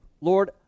Lord